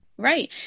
Right